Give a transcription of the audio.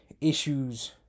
issues